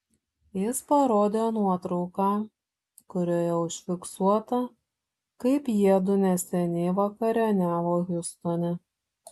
jis parodė nuotrauką kurioje užfiksuota kaip jiedu neseniai vakarieniavo hjustone